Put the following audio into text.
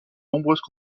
nombreuses